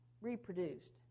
reproduced